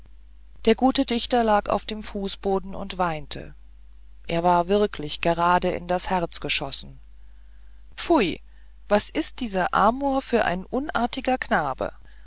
der gute dichter lag auf dem fußboden und weinte er war wirklich gerade in das herz geschossen pfui was ist dieser amor für ein unartiger knabe